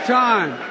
time